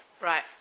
right